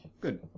Good